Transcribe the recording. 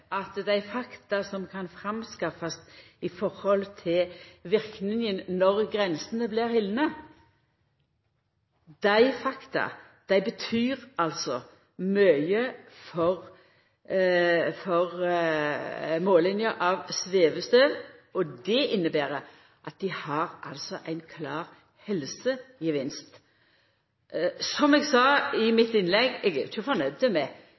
at dei fakta som kan skaffast fram når det gjeld verknaden når grensene blir haldne, betyr mykje for målinga av svevestøv. Det inneber at dei har ein klar helsegevinst. Som eg sa i mitt innlegg, er eg ikkje fornøgd med